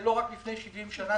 זה לא רק לפני 70 שנה,